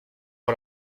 sur